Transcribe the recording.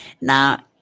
Now